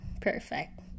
perfect